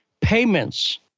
payments